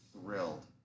thrilled